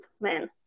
men